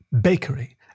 Bakery